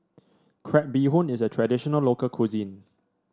Crab Bee Hoon is a traditional local cuisine